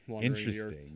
Interesting